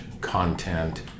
content